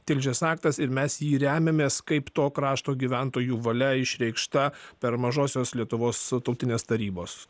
tilžės aktas ir mes į jį remiamės kaip to krašto gyventojų valia išreikšta per mažosios lietuvos tautinės tarybos